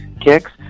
kicks